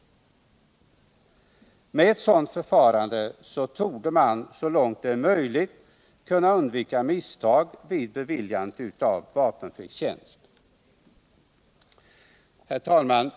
Med ett sådant förfarande torde man så långt det är möjligt kunna undvika misstag vid beviljande av vapenfri tjänst. Herr talman!